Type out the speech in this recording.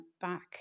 back